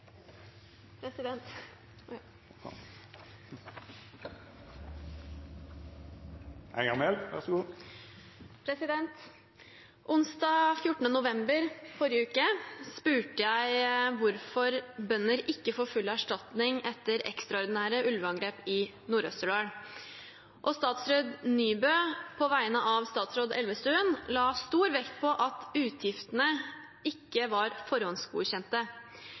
kontrakter, og da har man muligheten til å ta konsekvensene av det hvis kontraktene ikke er fulgt. «Onsdag 14. november spurte jeg hvorfor bønder ikke får full erstatning etter ekstraordinære ulveangrep i Nord-Østerdal. Statsråd Nybø på vegne av statsråd Elvestuen la stor vekt på at utgiftene ikke var